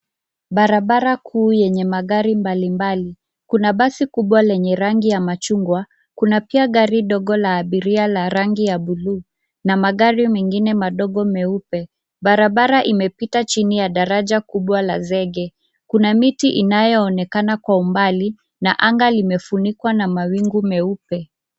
Barabara kuu yenye magari mbambali, kuna basi kubwa lenye rangi ya machungwa, kuna pia gari dogo la abiria la rangi ya buluu na magari mengine madogo meupe. Barabara imepita chini ya daraja kubwa la zege. Kuna miti inayoonekana kwa umbali na anga limefunikwa na mawingu meupe.